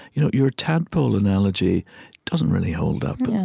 you know your tadpole analogy doesn't really hold up.